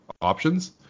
options